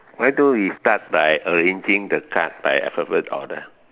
why don't we start by arranging the card by alphabet order